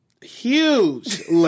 huge